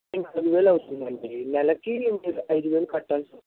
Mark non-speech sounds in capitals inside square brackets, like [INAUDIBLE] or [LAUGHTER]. [UNINTELLIGIBLE] పది వేలు అవుతుంది అండి నెలకి మీరు ఐదు వేలు కట్టాల్సి